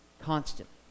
Constantly